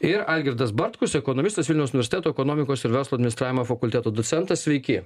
ir algirdas bartkus ekonomistas vilniaus universiteto ekonomikos ir verslo administravimo fakulteto docentas sveiki